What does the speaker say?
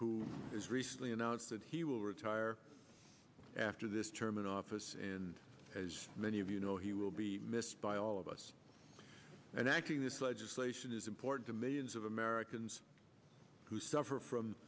who is recently announced that he will retire after this term in office and as many of you know he will be missed by all of us and acting this legislation is important to millions of americans who suffer from